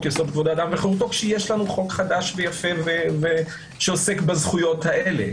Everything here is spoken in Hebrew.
היסוד: כבוד האדם וחירותו כשיש לנו חוק חדש שעוסק בזכויות האלה.